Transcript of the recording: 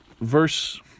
verse